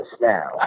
now